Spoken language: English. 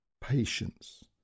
Patience